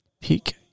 peak